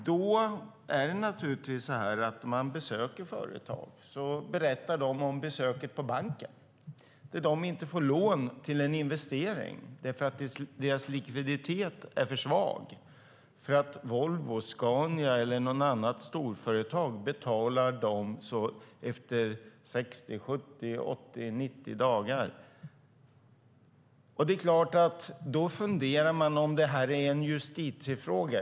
Det är naturligtvis så att när man besöker företag berättar de om besöket på banken och att de inte får lån till en investering därför att deras likviditet är för svag. Det beror på att Volvo, Scania eller något annat storföretag betalar dem efter 60, 70, 80 eller 90 dagar. Det är klart att man funderar över om detta är en justitiefråga.